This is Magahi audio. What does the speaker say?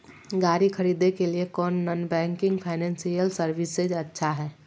गाड़ी खरीदे के लिए कौन नॉन बैंकिंग फाइनेंशियल सर्विसेज अच्छा है?